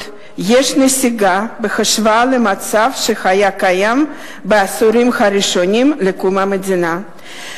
יש נסיגה בהשוואה למצב שהיה קיים בעשורים הראשונים של המדינה.